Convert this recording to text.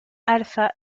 alpha